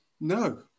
No